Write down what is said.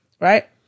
right